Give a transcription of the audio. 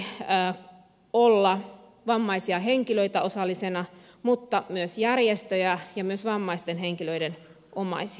vammaisneuvostossa tulisi olla vammaisia henkilöitä osallisena mutta myös järjestöjä ja myös vammaisten henkilöiden omaisia